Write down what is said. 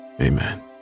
Amen